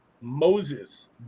Moses